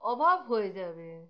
অভাব হয়ে যাবে